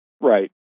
Right